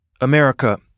America